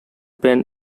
ben